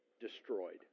destroyed